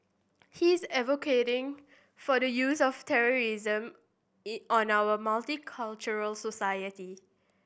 he is advocating for the use of terrorism in on our multicultural society